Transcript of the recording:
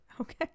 okay